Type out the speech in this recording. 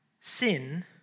Sin